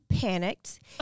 panicked